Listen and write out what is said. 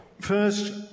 first